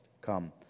Come